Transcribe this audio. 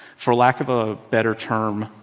for lack of a better term,